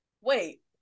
Wait